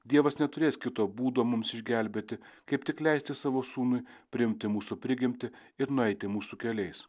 dievas neturės kito būdo mums išgelbėti kaip tik leisti savo sūnui priimti mūsų prigimtį ir nueiti mūsų keliais